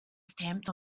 stamped